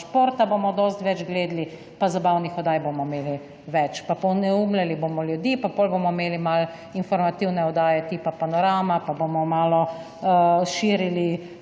športa bomo dosti več gledali pa zabavnih oddaj bomo imeli več pa poneumljali bomo ljudi pa potem bomo imeli malo informativne oddaje tipa Panorama pa bomo malo širili